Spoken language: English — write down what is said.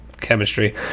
chemistry